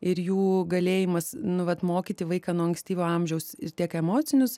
ir jų galėjimas nu vat mokyti vaiką nuo ankstyvo amžiaus ir tiek emocinius